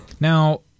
now